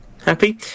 happy